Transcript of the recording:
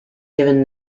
given